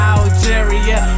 Algeria